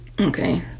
okay